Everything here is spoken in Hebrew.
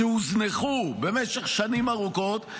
שהוזנחו במשך שנים ארוכות,